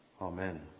Amen